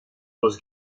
los